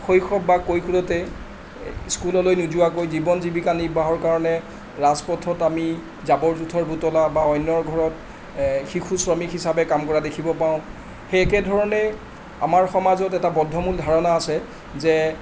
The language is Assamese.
শৈশৱ বা কৈশোৰতে স্কুললৈ নোযোৱাকৈ জীৱন জীৱিকা নিৰ্বাহৰ কাৰণে ৰাজপথত আমি জাবৰ জোথৰ বুটলা বা অন্যৰ ঘৰত এই শিশু শ্ৰমিক হিচাপে কাম কৰা দেখিব পাওঁ সেই একেধৰণে আমাৰ সমাজত এটা বদ্ধমূল ধাৰণা আছে যে